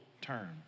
term